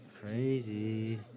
Crazy